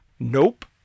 nope